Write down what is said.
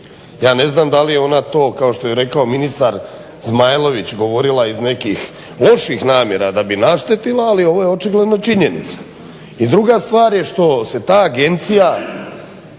Ja ne znam da li je ona to kao što je rekao ministar Zmajlović govorila iz nekih loših namjera da bi naštetila ali ovo je očigledno činjenica. I druga stvar što se ta agencija